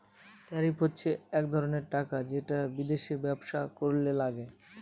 tariff হচ্ছে এক ধরনের টাকা যেটা বিদেশে ব্যবসা করলে লাগে